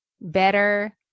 better